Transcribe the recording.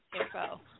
info